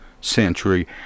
century